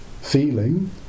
feeling